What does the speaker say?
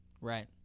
Right